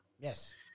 Yes